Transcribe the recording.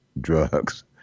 drugs